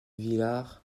viard